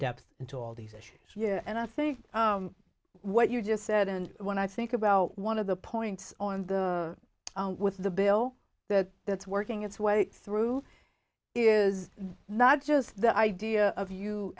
depth into all these issues and i think what you just said and what i think about one of the points on the with the bill that that's working its way through is not just the idea of you